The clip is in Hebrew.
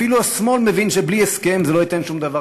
אפילו השמאל מבין שבלי הסכם זה לא ייתן שום דבר,